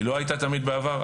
היא לא הייתה תמיד בעבר.